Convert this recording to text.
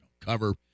Cover